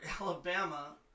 Alabama